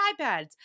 iPads